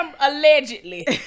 allegedly